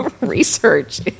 research